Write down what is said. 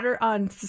on